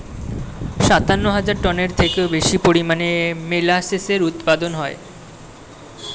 সাতান্ন হাজার টনের থেকেও বেশি পরিমাণে মোলাসেসের উৎপাদন হয়